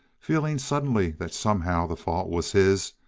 feeling suddenly that somehow the fault was his,